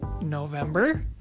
November